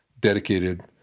dedicated